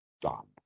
stop